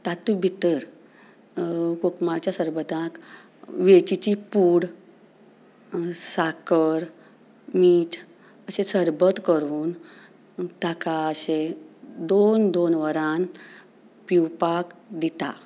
तातूंत भितर उपमाचें सरबतांत वेलचीची पूड साकर मीठ अशें सरबत करून पूण ताका अशें दोन दोन वरान पिवपाक दितात